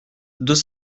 deux